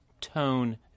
tone